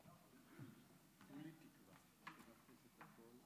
הוא רוצה להחליף איתי?